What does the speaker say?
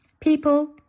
people